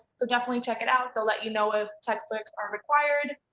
so definitely check it out. they'll let you know if textbooks are required,